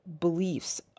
beliefs